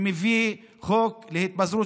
שמביא חוק להתפזרות,